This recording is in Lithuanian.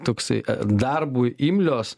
toksai a darbui imlios